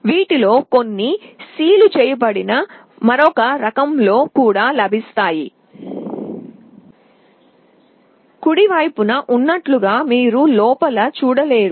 వీటిలో కొన్ని సీలు చేయబడిన మరొక రకంలో కూడా లభిస్తాయి కుడి వైపున ఉన్నట్లుగా మీరు లోపల చూడలేరు